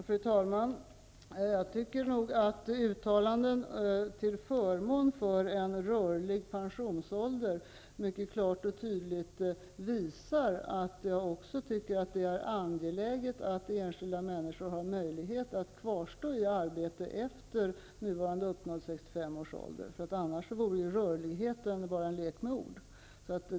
Fru talman! Jag tycker nog att uttalanden till förmån för en rörlig pensionsålder mycket klart och tydligt visar att jag också tycker att det är angeläget att enskilda människor har möjlighet att kvarstå i arbete efter det att de uppnått 65 års ålder. Annars vore ju rörligheten bara en lek med ord.